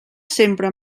sempre